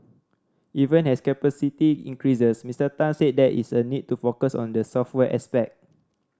even as capacity increases Mister Tan said there is a need to focus on the software aspect